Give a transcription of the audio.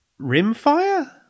Rimfire